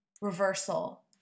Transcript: reversal